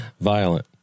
Violent